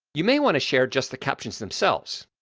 you may want to share just the captions themselves.